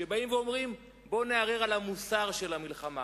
שאומרים: בוא נערער על המוסר של המלחמה.